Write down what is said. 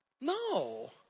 no